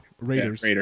Raiders